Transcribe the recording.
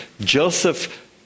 Joseph